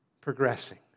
progressing